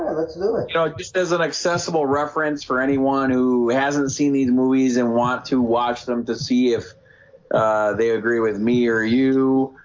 no ah just as an accessible reference for anyone who hasn't seen these movies and want to watch them to see if they agree with me or you